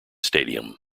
stadium